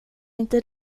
inte